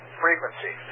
frequency